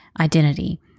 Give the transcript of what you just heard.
identity